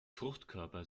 fruchtkörper